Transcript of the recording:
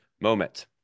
moment